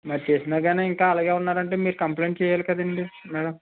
మరి చేసినాగాని ఇంకా అలాగే ఉన్నాడంటే మీరు కంప్లైంట్ చేయాలి కదండి మ్యాడం